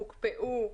הוקפאו.